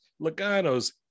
loganos